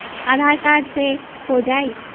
आधार card से हो जाइ?